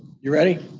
you ready,